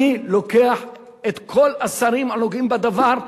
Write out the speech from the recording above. אני לוקח את כל השרים הנוגעים בדבר,